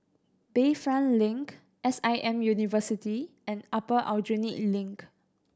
Bayfront Link S I M University and Upper Aljunied Link